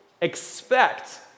Expect